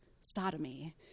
sodomy